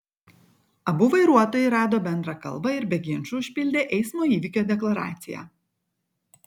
abu vairuotojai rado bendrą kalbą ir be ginčų užpildė eismo įvykio deklaraciją